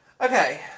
okay